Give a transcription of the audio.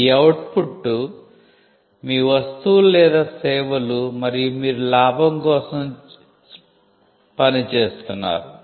ఈ ఔట్పుట్ 'మీ వస్తువులు లేదా సేవలు' మరియు మీరు లాభం కోసం పని చేస్తున్నారు